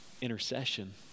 Intercession